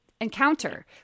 encounter